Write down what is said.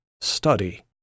study